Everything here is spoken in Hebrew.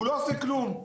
הוא לא עושה כלום.